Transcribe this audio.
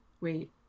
wait